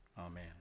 Amen